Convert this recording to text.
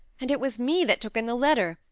and it was me that took in the letter!